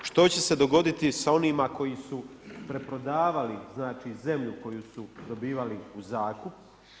Što će se dogoditi sa onima koji su preprodavali znači, zemlju koju su dobivali u zakup?